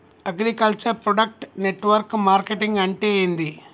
Agriculture product network marketing అంటే ఏంది?